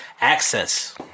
access